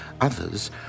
others